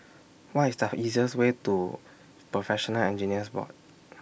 What IS The easiest Way to Professional Engineers Board